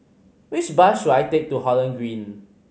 which bus should I take to Holland Green